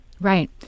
Right